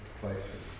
places